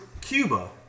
Cuba